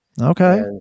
Okay